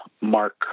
Mark